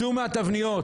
צאו מהתבניות.